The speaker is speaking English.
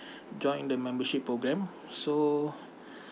join the membership program so